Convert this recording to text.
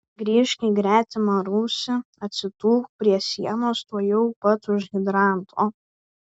grįžk į gretimą rūsį atsitūpk prie sienos tuojau pat už hidranto